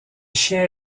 chiens